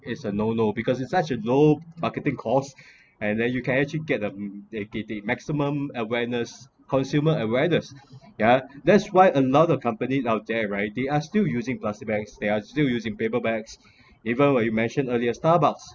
is a no no because it's such a low marketing cost and then you can actually get a the the the maximum awareness consumer awareness yeah that's why another company out there right they are still using plastic bags they are still using paper bags even what you mentioned earlier starbucks